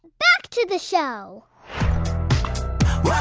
back to the show wow